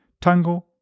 Tango